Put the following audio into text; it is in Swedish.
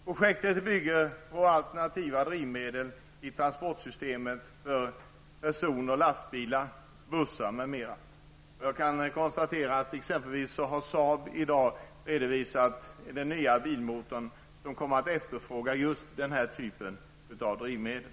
Projektet bygger på alternativa drivmedel i transportsystemet för person och lastbilar, bussar m.m. Jag kan konstatera att Saab i dag har redovisat en ny bilmotor som kommer att efterfråga just den typen av drivmedel.